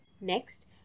Next